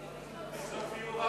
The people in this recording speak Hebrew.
התעבורה (נתיב לתחבורה